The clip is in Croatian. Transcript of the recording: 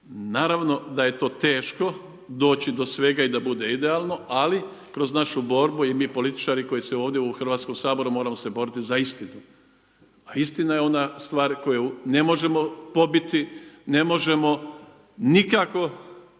naravno da je to teško doći do svega i da bude idealno ali kroz našu borbu i mi političari koji smo ovdje u Hrvatskom saboru moramo se boriti za istinu. A istina je ona stvar koju ne možemo pobiti, ne možemo nikako